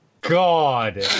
god